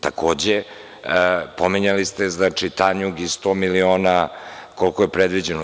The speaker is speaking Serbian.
Takođe, pominjali ste TANJUG i sto miliona koliko je predviđeno.